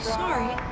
sorry